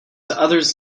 others